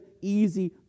easy